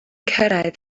cyrraedd